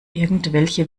irgendwelche